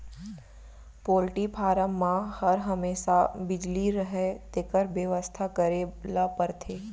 poultry farm म हर हमेसा बिजली रहय तेकर बेवस्था करे ल परथे